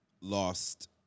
lost